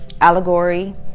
allegory